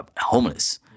homeless